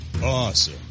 awesome